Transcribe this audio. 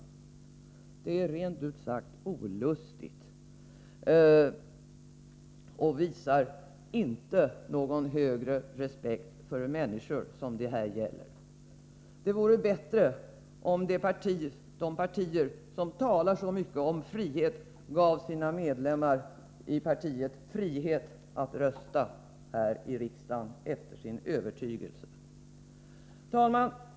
Jag menar att detta, rent ut sagt, är olustigt. Det visar att ni inte har någon större respekt för de människor som berörs. Det vore bättre om de partier som talar så mycket om frihet också gav sina partimedlemmar frihet när det gäller att rösta efter egen övertygelse här i riksdagen. Herr talman!